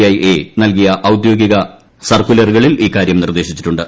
I നൽകിയ ഔദ്യോഗിക സർക്കുലറുകളിൽ ഇക്കാര്യം നിർദ്ദേശിച്ചിട്ടുണ്ട്